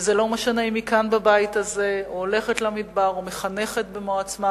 ולא משנה אם היא כאן בבית הזה או הולכת למדבר או מחנכת בעצמה,